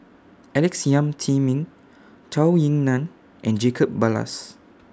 Alex Yam Ziming Zhou Ying NAN and Jacob Ballas